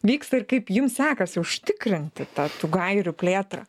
vyksta ir kaip jums sekasi užtikrinti tą tų gairių plėtrą